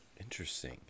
interesting